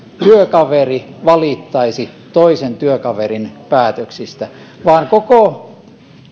työkaveri valittaa toisen työkaverin päätöksistä vaan koko